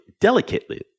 delicately